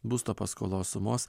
būsto paskolos sumos